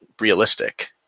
realistic